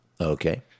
okay